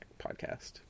podcast